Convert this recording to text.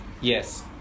Yes